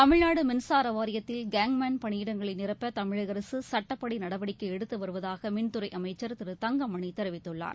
தமிழ்நாடு மின்சார வாரியத்தில் gangman பணியிடங்களை நிரப்ப தமிழக அரசு சட்டப்படி நடவடிக்கை எடுத்து வருவதாக மின்துறை அமைச்சர் திரு தங்கமணி தெரிவித்துள்ளார்